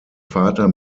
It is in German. vater